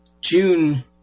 June